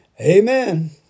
Amen